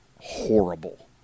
horrible